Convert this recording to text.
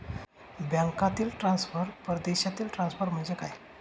बँकांतील ट्रान्सफर, परदेशातील ट्रान्सफर म्हणजे काय?